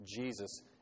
Jesus